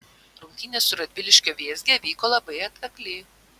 rungtynės su radviliškio vėzge vyko labai atkakliai